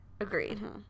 Agreed